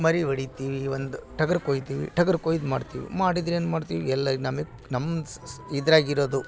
ಮರಿ ಹೊಡಿತೀವಿ ಒಂದು ಟಗರು ಕೊಯ್ತೀವಿ ಟಗರು ಕೊಯ್ದು ಮಾಡ್ತೀವಿ ಮಾಡಿದ್ರೆ ಏನು ಮಾಡ್ತೀವಿ ಎಲ್ಲ ನಮಗ್ ನಮ್ಗೆ ಸ್ ಸ್ ಇದ್ರಾಗ ಇರೋದು